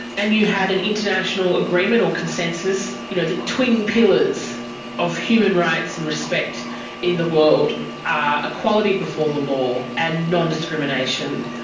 and you had an international agreement or consensus you know, the twin pillars of human rights and respect in the world are equality before the law and non-discrimination.